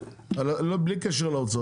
בלי קשר לאוצר,